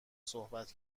صحبت